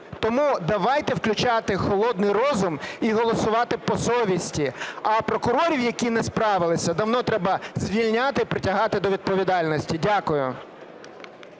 Тому давайте включати холодний розум і голосувати по совісті, а прокурорів, які не справилися, давно треба звільняти і притягати до відповідальності. Дякую.